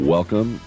Welcome